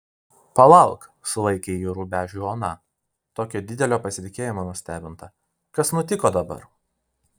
palauk sulaikė jį rubežių ona tokio didelio pasitikėjimo nustebinta kas nutiko dabar